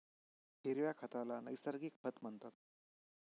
हिरव्या खताला नैसर्गिक खत म्हणतात